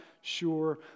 sure